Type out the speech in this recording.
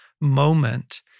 moment